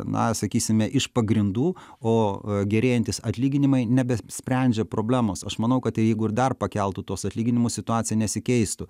na sakysime iš pagrindų o gerėjantys atlyginimai nebesprendžia problemos aš manau kad jeigu ir dar pakeltų tuos atlyginimus situacija nesikeistų